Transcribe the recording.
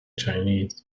chinese